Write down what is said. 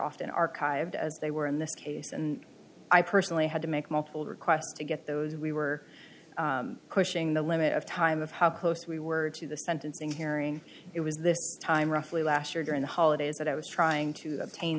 often archived as they were in this case and i personally had to make multiple requests to get those we were pushing the limit of time of how close we were to the sentencing hearing it was this time roughly last year during the holidays that i was trying to obtain